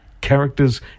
characters